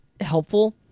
Helpful